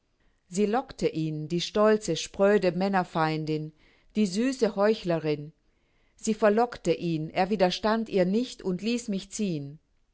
sie lockte ihn die stolze spröde männerfeindin die süße heuchlerin sie verlockte ihn er widerstand ihr nicht und ließ mich ziehen